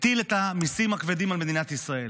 הטיל את המיסים הכבדים על מדינת ישראל,